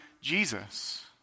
Jesus